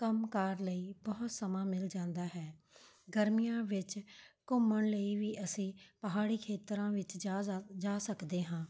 ਕੰਮ ਕਾਰ ਲਈ ਬਹੁਤ ਸਮਾਂ ਮਿਲ ਜਾਂਦਾ ਹੈ ਗਰਮੀਆਂ ਵਿੱਚ ਘੁੰਮਣ ਲਈ ਵੀ ਅਸੀਂ ਪਹਾੜੀ ਖੇਤਰਾਂ ਵਿੱਚ ਜਾ ਜਾ ਜਾ ਸਕਦੇ ਹਾਂ